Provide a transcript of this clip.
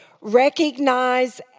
recognize